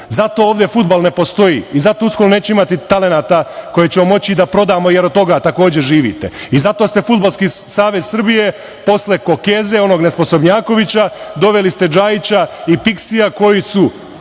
ovde fudbal ne postoji i zato uskoro nećemo imati talenata koje ćemo moći i da prodamo jer od toga takođe živite i zato ste Fudbalski savez Srbije posle Kokeze, onog nesposobnjakovića, doveli ste Džajića i Piksija, koji su